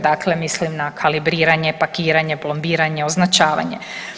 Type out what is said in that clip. Dakle, mislim na kalibriranje, pakiranje, plombiranje, označavanje.